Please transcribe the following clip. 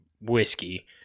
whiskey